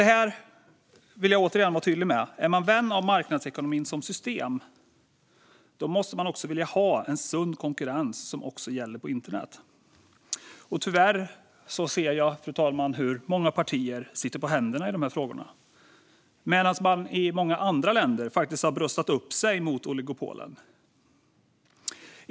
Här vill jag återigen vara tydlig: Är man vän av marknadsekonomin som system måste man också vilja ha en sund konkurrens som gäller även på internet. Tyvärr ser jag, fru talman, hur många partier sitter på händerna i de här frågorna medan man i många andra länder faktiskt har bröstat upp sig mot oligopolen.